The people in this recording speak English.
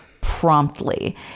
promptly